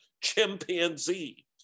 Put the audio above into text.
chimpanzee